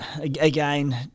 again